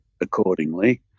accordingly